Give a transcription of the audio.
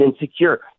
insecure